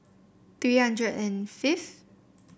three hundred and fifth